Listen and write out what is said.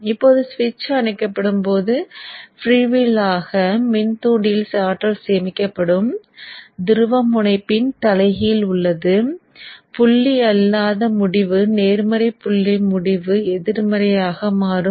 இப்போது சுவிட்ச் அணைக்கப்படும் போது ஃப்ரீவீல் ஆக மின்தூண்டியில் ஆற்றல் சேமிக்கப்படும் துருவமுனைப்பின் தலைகீழ் உள்ளது புள்ளி அல்லாத முடிவு நேர்மறை புள்ளி முடிவு எதிர்மறையாக மாறும்